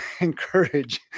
encourage